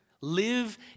Live